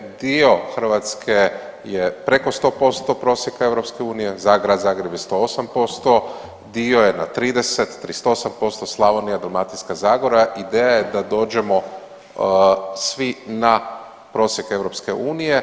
Dio Hrvatske je preko 100% prosjeka EU, za Grad Zagreb je 108%, dio je na 30, 38%, Slavonija, Dalmatinska zagora, ideja je da dođemo svi na prosjek EU.